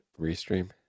restream